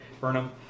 Burnham